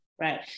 Right